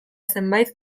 zenbait